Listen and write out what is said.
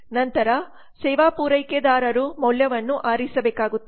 ನಂತರ ಸೇವಾ ಪೂರೈಕೆದಾರರು ಮೌಲ್ಯವನ್ನು ಆರಿಸಬೇಕಾಗುತ್ತದೆ